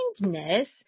kindness